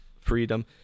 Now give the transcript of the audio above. freedom